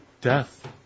death